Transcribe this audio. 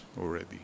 already